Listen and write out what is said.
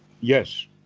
Yes